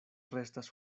restas